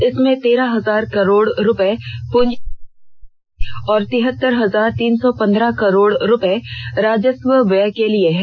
इसमें तेरह हजार करोड़ रुपये पूंजीगत व्यय के लिए और तिहतर हजार तीन सौ पंद्रह करोड़ रुपये राजस्व व्यय के लिए है